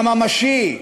הממשי,